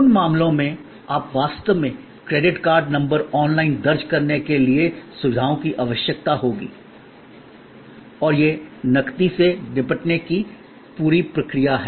उन मामलों में आप वास्तव में क्रेडिट कार्ड नंबर ऑनलाइन दर्ज करने के लिए सुविधाओं की आवश्यकता होगी और यह नकदी से निपटने की पूरी प्रक्रिया है